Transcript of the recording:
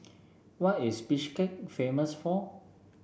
what is Bishkek famous for